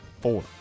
four